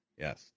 Yes